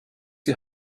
die